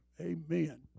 Amen